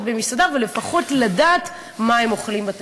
במסעדה ולפחות לדעת מה הם אוכלים מהתפריט.